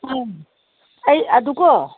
ꯎꯝ ꯑꯩ ꯑꯗꯨꯀꯣ